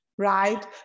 right